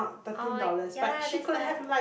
oh ya lah that's right